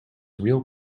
real